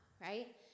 right